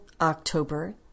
October